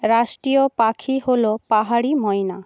রাষ্ট্রীয় পাখি হল পাহাড়ি ময়না